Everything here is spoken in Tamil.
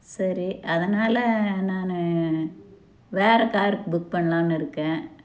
சரி அதனால் நான் வேற காரு புக் பண்ணலானு இருக்கேன்